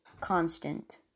constant